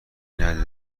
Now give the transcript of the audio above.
نده